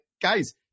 guys